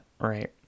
right